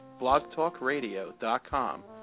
blogtalkradio.com